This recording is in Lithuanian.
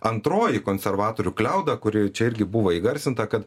antroji konservatorių kliauda kuri čia irgi buvo įgarsinta kad